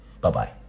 Bye-bye